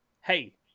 hey